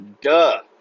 Duh